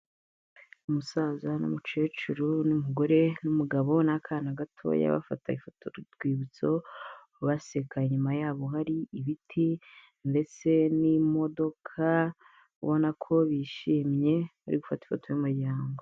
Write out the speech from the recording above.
Umusaza n'umukecuru, n'umugore n'umugabo, n'akana gatoya, bafata ifoto y'urwibutso baseka. Inyuma yabo hari ibiti ndetse n'imodoka, ubona ko bishimye bari gufata ifoto y'umuryango.